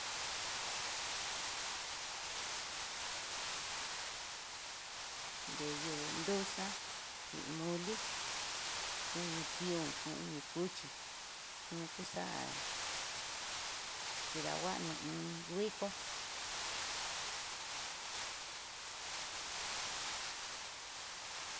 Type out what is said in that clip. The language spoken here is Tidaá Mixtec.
Nreyú nruxa'a xin mole kuño tión, kuño cuchi xukuxa'a kidanguano nguiko ya.